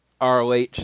ROH